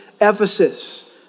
Ephesus